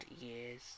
years